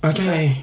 Okay